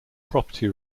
property